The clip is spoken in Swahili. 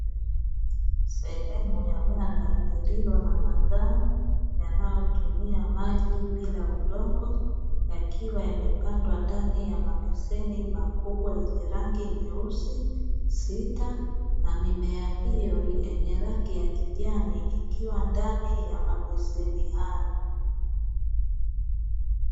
Sehemu ya ndani lililo na majani yanayotumia maji bila udongo, yakiwa yamepandwa ndani ya mabeseni makubwa ya rangi nyeusi sita, na mimea hiyo yenye rangi ya kijani ikiwa ndani ya mabeseni hayo.